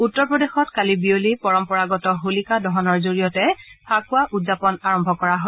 উত্তৰ প্ৰদেশত কালি বিয়লি পৰম্পৰাগত হোলিকা দহনৰ জৰিয়তে ফাকুৱা উদযাপন আৰম্ভ কৰা হয়